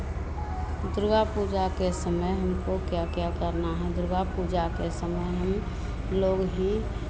दुर्गा पूजा के समय हमको क्या क्या करना है दुर्गा पूजा के समय हम लोग भी